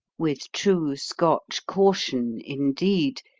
with true scotch caution, indeed,